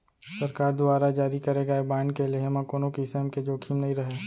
सरकार दुवारा जारी करे गए बांड के लेहे म कोनों किसम के जोखिम नइ रहय